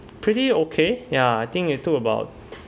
pretty okay ya I think it took about